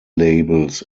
labels